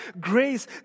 Grace